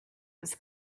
was